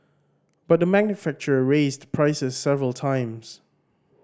but the manufacturer raised prices several times